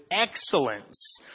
excellence